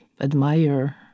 admire